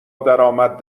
درآمد